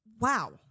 wow